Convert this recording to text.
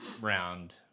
round